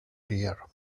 dear